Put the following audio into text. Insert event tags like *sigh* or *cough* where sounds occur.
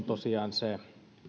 *unintelligible* tosiaan se